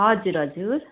हजुर हजुर